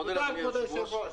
תודה, כבוד היושב-ראש.